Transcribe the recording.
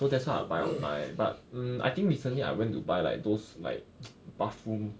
so that's why I buy online but mm I think recently I went to buy like those like bathroom